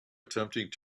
attempting